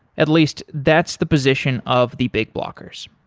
at least, that's the position of the big blockers.